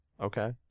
Okay